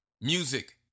music